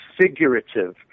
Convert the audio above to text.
figurative